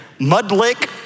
Mudlick